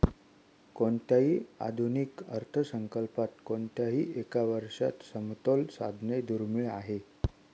कोणत्याही आधुनिक अर्थसंकल्पात कोणत्याही एका वर्षात समतोल साधणे दुर्मिळ आहे